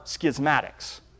schismatics